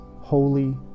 holy